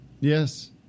Yes